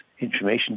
information